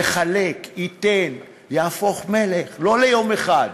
יחלק, ייתן, יהפוך מלך, לא ליום אחד,